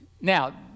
Now